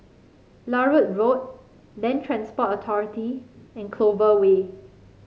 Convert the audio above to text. Larut Road Land Transport Authority and Clover Way